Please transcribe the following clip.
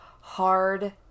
hard